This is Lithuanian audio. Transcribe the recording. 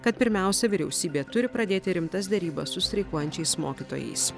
kad pirmiausia vyriausybė turi pradėti rimtas derybas su streikuojančiais mokytojais